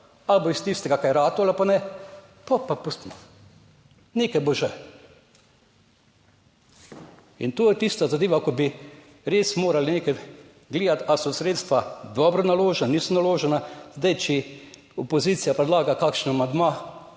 ali bo iz tistega kaj ratalo ali pa ne, pol pa pustimo, nekaj bo že. In to je tista zadeva, ki bi res morali nekaj gledati ali so sredstva dobro naložena, niso naložena. Zdaj, če opozicija predlaga kakšen amandma,